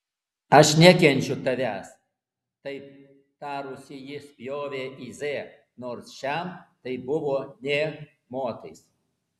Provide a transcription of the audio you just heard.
aš nekenčiu tavęs taip tarusi ji spjovė į z nors šiam tai buvo nė motais